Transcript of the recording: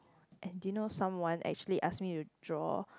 and do you know someone actually ask me to draw